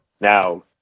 now